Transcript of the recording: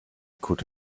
could